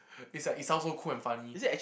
it's like it sounds so cool and funny